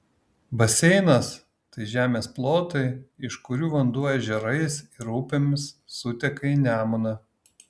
baseinas tai žemės plotai iš kurių vanduo ežerais ir upėmis suteka į nemuną